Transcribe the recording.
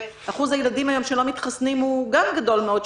ואחוז הילדים היום שלא מתחסנים הוא גם גדול מאוד,